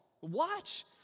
Watch